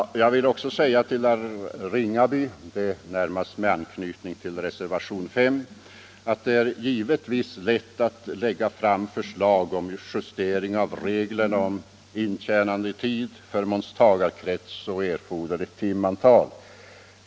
Jag vill också säga till herr Ringaby närmast med anknytning till reservationen 5, att det är givetvis lätt att lägga fram förslag om justering av reglerna om intjänandetid, förmånstagarkrets och erforderligt timantal.